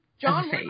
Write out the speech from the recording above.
John